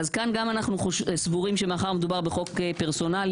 אז כאן גם אנחנו סבורים שמאחר שמדובר בחוק פרסונלי